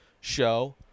show